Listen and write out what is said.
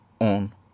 on